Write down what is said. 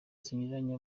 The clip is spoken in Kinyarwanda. zinyuranye